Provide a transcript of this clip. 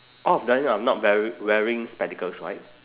all of them are not weari~ wearing spectacles right